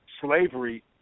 slavery